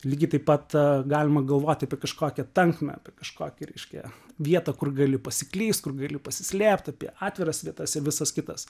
lygiai taip pat galima galvoti apie kažkokią tankmę apie kažkokią reiškia vietą kur gali pasiklyst kur gali pasislėpt apie atviras vietasir visas kitas